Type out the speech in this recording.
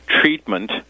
treatment